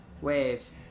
waves